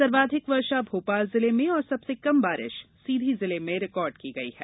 सर्वाधिक वर्षा भोपाल जिले में और सबसे कम वर्षा सीधी जिले में दर्ज हुई है